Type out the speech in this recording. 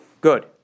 good